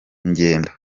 ingendo